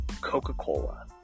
Coca-Cola